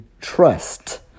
trust